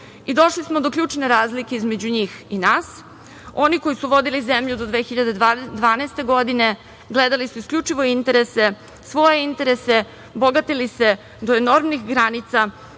Došli smo do ključne razlike između njih i nas. Oni koji su vodili zemlju do 2012. godine, gledali su isključivo svoje interese, bogatili se do enormnih granica